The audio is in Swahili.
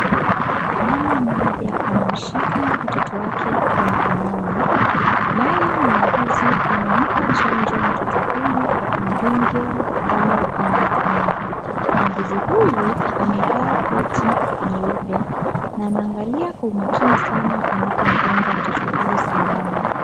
Mama mmoja ameshika mtoto wake mkononi naye muuguzi anampa chanjo mtoto huyu Kwa kumdungia dawa kwenye mkono. Muuguzi huyu amevaa koti nyeupe na anaangalia Kwa umakini sana anapomdunga mtoto huyu sindano.